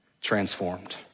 transformed